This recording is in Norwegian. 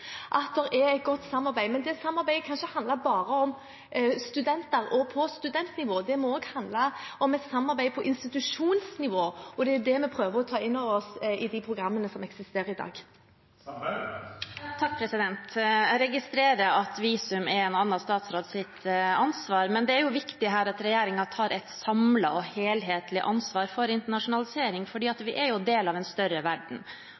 at det er et godt samarbeid. Men det samarbeidet kan ikke handle bare om studenter og være på studentnivå, det må også handle om et samarbeid på institusjonsnivå, og det er det vi prøver å ta inn over oss i de programmene som eksisterer i dag. Jeg registrerer at visum er en annen statsråds ansvar, men det er viktig her at regjeringen tar et samlet og helhetlig ansvar for internasjonalisering, for vi er en del av en større verden,